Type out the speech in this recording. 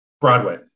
Broadway